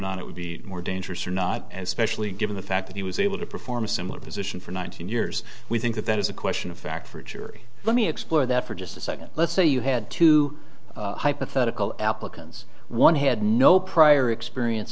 not it would be more dangerous or not and specially given the fact that he was able to perform a similar position for nineteen years we think that that is a question of fact for a jury let me explore that for just a second let's say you had two hypothetical applicants one had no prior experience